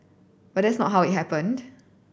but that is not how it happened